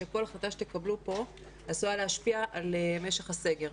שכל החלטה שתקבלו פה עשויה להשפיע על משך הסגר.